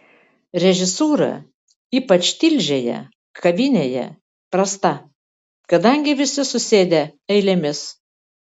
režisūra ypač tilžėje kavinėje prasta kadangi visi susėdę eilėmis